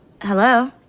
Hello